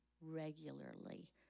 regularly